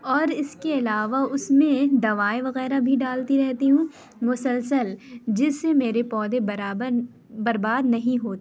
اور اس کے علاوہ اس میں دوائی وغیرہ بھی ڈالتی رہتی ہوں مسلسل جس سے میرے پودے برابر برباد نہیں ہو